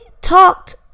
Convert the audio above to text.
talked